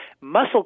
muscle